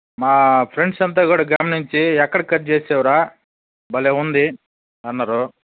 మా ఫ్రెండ్స్ అంతా గూడా గమనించి ఎక్కడ కట్ చేశావురా భలే ఉంది అన్నారు